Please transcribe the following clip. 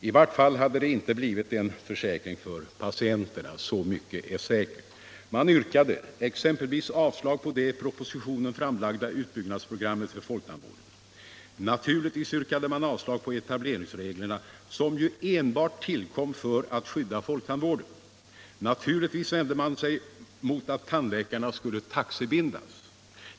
I varje fall hade det inte blivit en försäkring för patienterna — så mycket är säkert. Man yrkade exempelvis avslag på det i propositionen framlagda utbyggnadsprogrammet för folktandvården. Naturligtvis yrkade man avslag på förslaget till etableringsregler, som tillkom enbart för att skydda folktandvården. Naturligtvis vände man sig mot att tandläkarna skulle taxebindas.